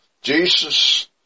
Jesus